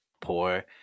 poor